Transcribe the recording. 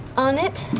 on it,